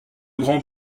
grand